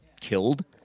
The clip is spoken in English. killed